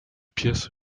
pies